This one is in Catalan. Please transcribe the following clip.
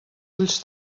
ulls